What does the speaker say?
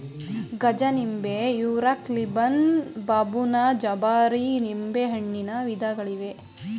ಗಜನಿಂಬೆ, Eureka, Lisbon, ಬಬೂನ್, ಜಾಂಬೇರಿ ನಿಂಬೆಹಣ್ಣಿನ ವಿಧಗಳಿವೆ